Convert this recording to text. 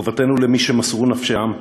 חובתנו למי שמסרו נפשם,